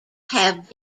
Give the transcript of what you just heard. have